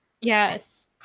Yes